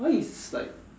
why is like